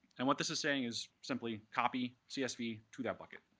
and what this is saying is simply copy csv to that bucket.